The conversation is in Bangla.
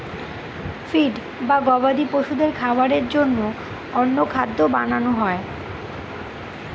ফিড বা গবাদি পশুদের খাবারের জন্য অন্য খাদ্য বানানো হয়